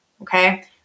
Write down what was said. okay